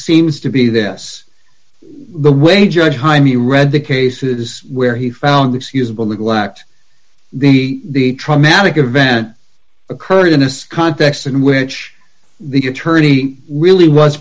seems to be this the way judge jaime read the cases where he found excusable neglect the traumatic event occurred in this context in which the attorney really was